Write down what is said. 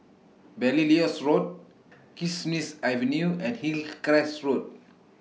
Belilios Road Kismis Avenue and Hillcrest Road